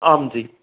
आं जि